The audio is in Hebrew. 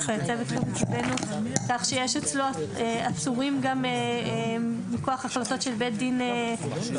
על כך שיש אצלו עצורים גם מכוח החלטות של בית הדין רבני,